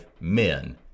men